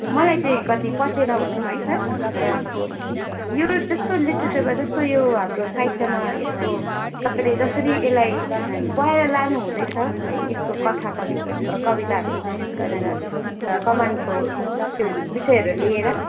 मलाई चाहिँ कति पचेन भनौँ है सर र अब यो जस्तो लिटरेचरबारे जस्तो यो हाम्रो साहित्यमा यसको तपाईँले जसरी यसलाई बढाएर लानु हुँदैछ है यसको कथा कवि कविताहरूमा विशेष गरेर कमानको त्यो विषयहरूलाई लिएर